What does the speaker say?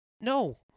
No